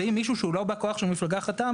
ואם מישהו שהוא לא בא כוח של מפלגה חתם,